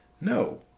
No